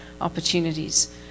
opportunities